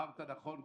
תיארת נכון,